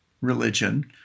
religion